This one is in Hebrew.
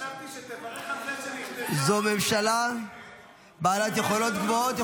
זו ממשלה בעלת יכולות גבוהות.